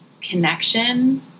connection